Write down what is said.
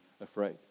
afraid